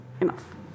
enough